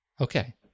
Okay